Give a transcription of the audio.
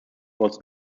was